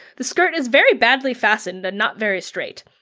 the skirt is very badly fastened and not very straight.